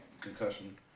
concussion